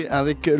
avec